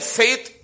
faith